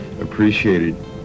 appreciated